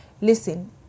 Listen